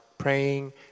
praying